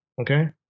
Okay